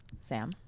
Sam